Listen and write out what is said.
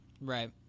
Right